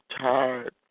tired